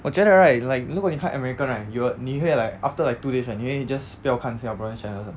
我觉得 right like 如果你看 american right you will 你会 like after like two days right 你会 just 不要看 singaporeans channels 的